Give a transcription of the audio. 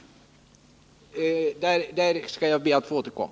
Till detta skall jag be att få återkomma.